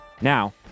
Now